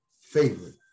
favorite